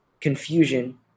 confusion